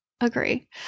Agree